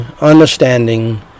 understanding